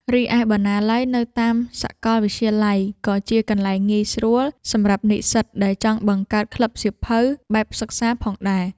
រីឯបណ្ណាល័យនៅតាមសាកលវិទ្យាល័យ ក៏ជាកន្លែងងាយស្រួលសម្រាប់និស្សិតដែលចង់បង្កើតក្លឹបសៀវភៅបែបសិក្សាផងដែរ។